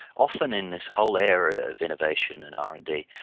often in this whole area of innovation and r and d,